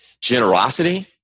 Generosity